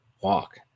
walk